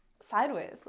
sideways